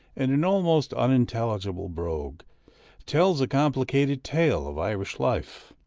and in almost unintelligible brogue tells a complicated tale of irish life,